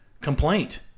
complaint